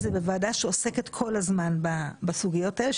זה בוועדה שעוסקת כל הזמן בסוגיות האלה,